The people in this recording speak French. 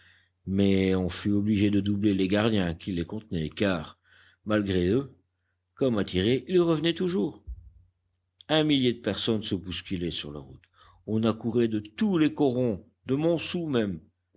mais on fut obligé de doubler les gardiens qui les contenaient car malgré eux comme attirés ils revenaient toujours un millier de personnes se bousculaient sur la route on accourait de tous les corons de